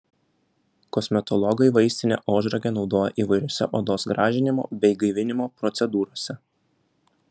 kosmetologai vaistinę ožragę naudoja įvairiose odos gražinimo bei gaivinimo procedūrose